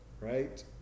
right